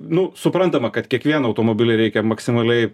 nu suprantama kad kiekvieną automobilį reikia maksimaliai